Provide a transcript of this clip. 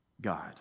God